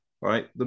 right